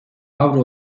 avro